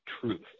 truth